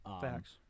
facts